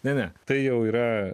ne ne tai jau yra